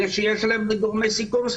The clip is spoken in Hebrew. אלה שיש להם גורמי סיכון,